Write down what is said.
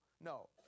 no